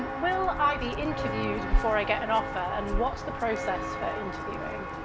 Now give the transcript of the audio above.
will i be interviewed before i get an offer, and what's the process for interviewing?